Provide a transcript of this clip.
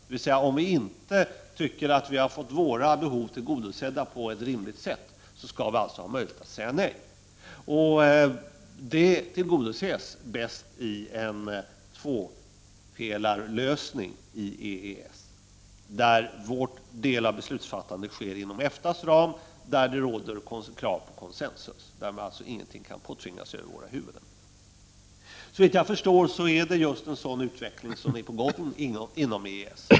Om vi alltså inte tycker att vi får våra behov tillgodosedda på ett rimligt sätt skall vi ha möjlighet att säga nej. Detta tillgodoses bäst i en tvåpelarlösning i EES, där vår del av beslutsfattandet sker inom EFTA:s ram där det råder krav på konsensus och där man inte kan påtvinga oss någonting över vårt huvud. Såvitt jag förstår är just en sådan utveckling på gång inom EES.